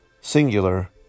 singular